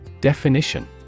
Definition